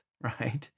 right